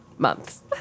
months